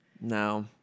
no